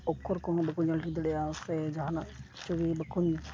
ᱚᱠᱷᱚᱨ ᱠᱚᱦᱚᱸ ᱵᱟᱠᱚ ᱧᱮᱞ ᱴᱷᱤᱠ ᱫᱟᱲᱮᱜᱼᱟ ᱥᱮ ᱡᱟᱦᱟᱸ ᱱᱟᱜ ᱪᱷᱚᱵᱤ ᱵᱟᱠᱷᱚᱱ